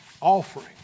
Offering